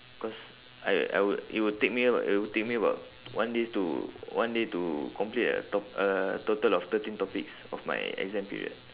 cause I I would it would take me about it would take me about one day to one day to complete a top~ a total of thirteen topics of my exam period